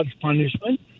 punishment